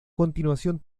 continuación